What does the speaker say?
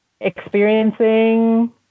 experiencing